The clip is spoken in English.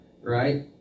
right